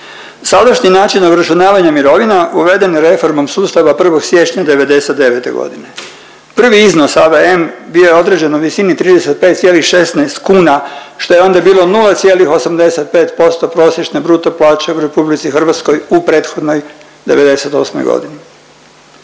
Sadašnji način obračunavanja mirovina uveden reformom sustava 1. siječnja '99. godine. Prvi iznos AVM bio je određen u visini 35,16 kuna što je onda bilo 0,85% prosječne bruto plaće u RH u prethodnoj '98. godini.